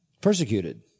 persecuted